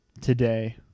today